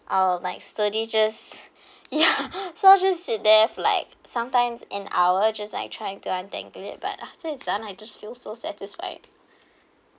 I'll like slowly just ya so just sit there as like sometimes an hour just like trying to untangle it but after it's done I just feel so satisfied